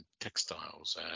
textiles